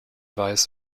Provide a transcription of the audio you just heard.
weiß